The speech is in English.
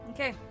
Okay